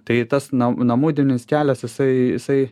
tai tas na namudinis kelias jisai jisai